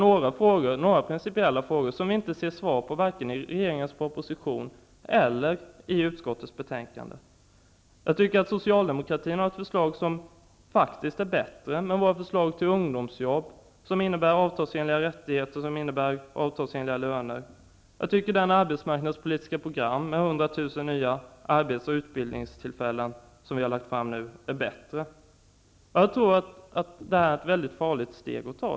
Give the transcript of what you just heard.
Detta är några principiella frågor som vi inte ser svar på i regeringens proposition eller i utskottets betänkande. Jag tycker att Socialdemokraterna har ett förslag som faktiskt är bättre. Det gäller våra förslag om ungdomsjobb. Det innebär avtalsenliga rättigheter och avtalsenliga löner. Jag tycker att det arbetsmarknadspolitiska program med 100 000 nya arbets och utbildningstillfällen som vi har lagt fram är bättre. Detta är ett mycket farligt steg att ta.